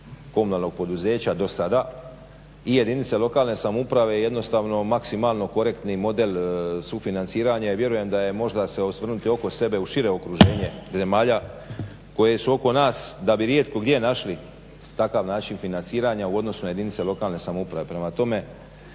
komunalnog poduzeća do sada i jedinice lokalne samouprave jednostavno maksimalno korektni model sufinanciranje. Ja vjerujem možda se osvrnuti oko sebe u šire okruženje zemalja koje su oko nas da bi rijetko gdje našli takav način financiranja u odnosu na jedinice lokalne samouprave. Prema tome,